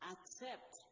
Accept